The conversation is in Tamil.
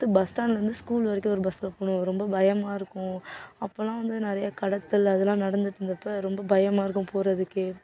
அடுத்து பஸ் ஸ்டாண்டுலேருந்து ஸ்கூல் வரைக்கும் ஒரு பஸ்ஸில் போகணும் ரொம்ப பயமாக இருக்கும் அப்போல்லாம் வந்து நிறைய கடத்தல் அதலாம் நடந்துகிட்டு இருந்தப்போ ரொம்ப பயமாக இருக்கும் போகிறதுக்கே